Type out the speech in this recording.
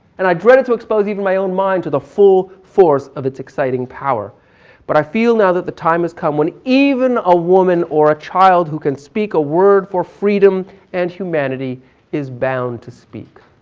and i dreaded to expose even my own mind to the full force of its exciting power but i feel now that the time has come when even a woman or a child who can speak a word for freedom and humanity is bound to speak.